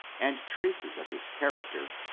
and traces of his character,